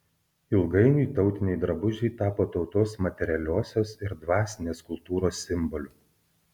ilgainiui tautiniai drabužiai tapo tautos materialiosios ir dvasinės kultūros simboliu